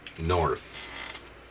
north